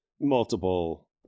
multiple